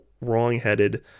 wrongheaded